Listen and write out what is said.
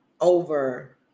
over